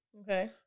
Okay